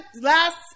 last